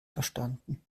verstanden